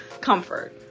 comfort